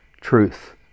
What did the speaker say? truth